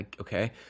okay